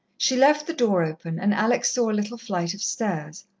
she left the door open, and alex saw a little flight of stairs.